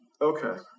okay